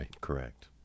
Correct